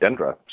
Dendra